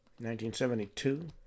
1972